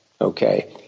okay